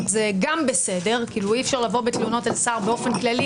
זה בסדר אי-אפשר לבוא בתלונות אל שר באופן כללי,